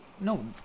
no